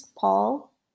Paul